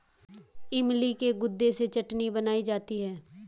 इमली के गुदे से चटनी बनाई जाती है